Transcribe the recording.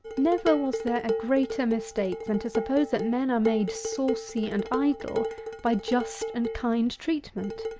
never was there a greater mistake than to suppose that men are made saucy and idle by just and kind treatment.